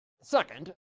Second